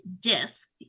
disc